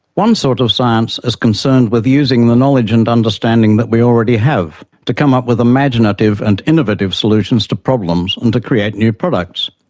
one sort of science is concerned with using the knowledge and understanding that we already have to come up with imaginative and innovative solutions to problems and to create new products.